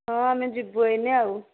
ହଁ ଆମେ ଯିବୁ ଏଇନେ ଆଉ